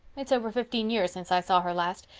it's over fifteen years since i saw her last.